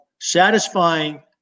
satisfying